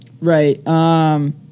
right